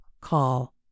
Call